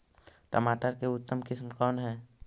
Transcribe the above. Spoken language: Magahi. टमाटर के उतम किस्म कौन है?